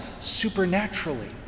supernaturally